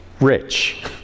rich